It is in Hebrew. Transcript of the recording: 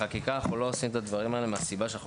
בחקיקה אנחנו לא עושים את הדברים האלה מהסיבה שאנחנו